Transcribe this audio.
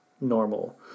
normal